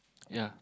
ya